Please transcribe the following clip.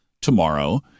tomorrow